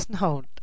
No